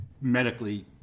medically